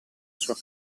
sua